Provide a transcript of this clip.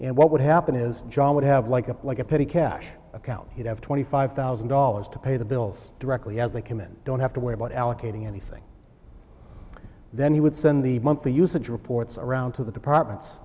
and what would happen is john would have like a like a petty cash account he'd have twenty five thousand dollars to pay the bills directly as they came in don't have to worry about allocating anything then he would send the monthly usage reports around to the departments